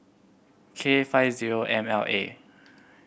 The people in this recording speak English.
K five zero M L A